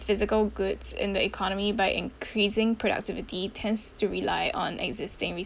physical goods in the economy by increasing productivity tends to rely on existing